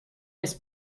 his